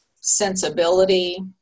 sensibility